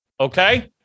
Okay